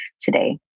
today